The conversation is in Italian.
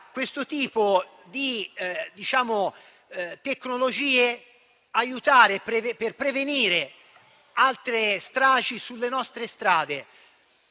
questo tipo di tecnologie aiutare a prevenire altre stragi sulle nostre strade.